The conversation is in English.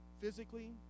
physically